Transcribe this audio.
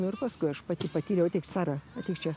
nu ir paskui aš pati patyriau ateik sara ateik čia